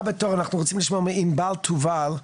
אנחנו רוצים לשמוע מענבל תובל,